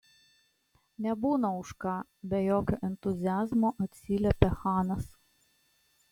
nebūna už ką be jokio entuziazmo atsiliepė chanas